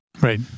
right